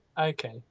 okay